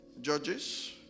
Judges